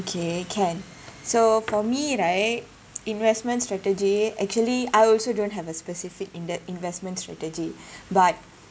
okay can so for me right investment strategy actually I also don't have a specific inve~ investment strategy but